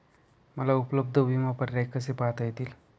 मला उपलब्ध विमा पर्याय कसे पाहता येतील?